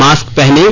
mask पहनें